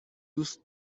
دوست